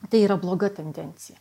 tai yra bloga tendencija